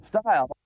Style